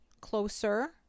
closer